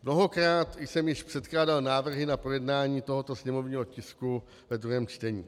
Mnohokrát jsem již předkládal návrhy na projednání tohoto sněmovního tisku ve druhém čtení.